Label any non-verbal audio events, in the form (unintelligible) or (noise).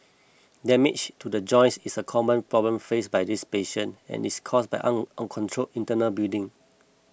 damage to the joints is a common problem faced by these patients and is caused by (unintelligible) uncontrolled internal bleeding